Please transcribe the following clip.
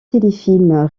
téléfilms